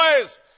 boys